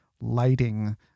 lighting